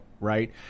right